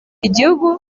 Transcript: igihugu